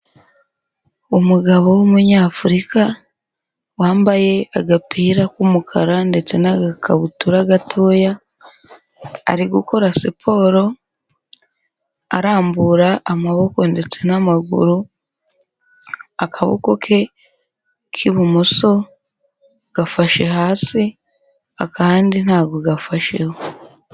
Umugabo w'umunyafurika, wambaye agapira k'umukara ndetse n'agakabutura gatoya, ari gukora siporo, arambura amaboko ndetse n'amaguru, akaboko ke k'ibumoso gafashe hasi, akandi ntabwo gafasheho.